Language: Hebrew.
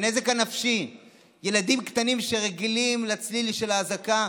הנזק הנפשי של ילדים קטנים שרגילים לצליל של האזעקה,